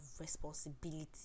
responsibility